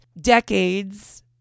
decades